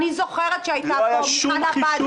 אני זוכרת שהייתה פה מיכל עבאדי.